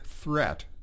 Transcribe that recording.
threat